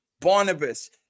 Barnabas